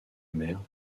mère